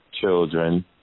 children